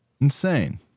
insane